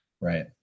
right